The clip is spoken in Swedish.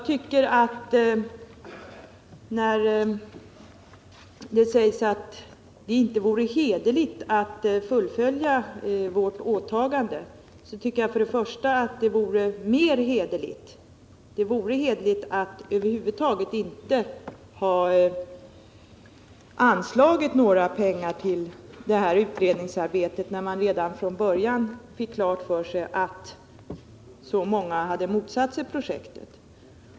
Kerstin Göthberg sade att det inte vore hederligt att inte fullfölja vårt åtagande. Jag tycker det hade varit hederligt att över huvud taget inte anslå några pengar till det här utredningsarbetet, när man redan från början hade klart för sig att så många motsatte sig projektet.